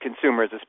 consumers